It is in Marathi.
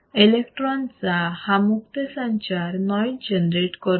इलेक्ट्रॉनचा हा मुक्त संचार नॉईज जनरेट करतो